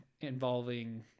involving